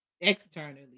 externally